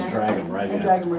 writing writing and